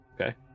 okay